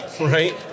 Right